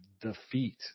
defeat